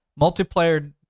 multiplayer